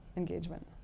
engagement